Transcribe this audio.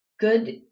good